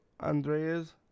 Andreas